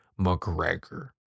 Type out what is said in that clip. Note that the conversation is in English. McGregor